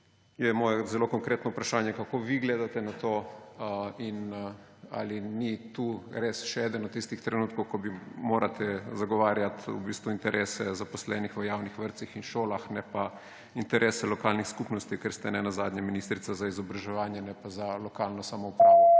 je moje zelo konkretno vprašanje: Kako vi gledate na to ? Ali ni to še eden od tistih trenutkov, ko morate zagovarjati interese zaposlenih v javnih vrtcih in šolah, ne pa interese lokalnih skupnosti, ker ste ne nazadnje ministrica za izobraževanje, ne pa za lokalno samoupravo?